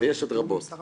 ויש עוד רבות.